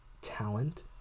Talent